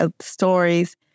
stories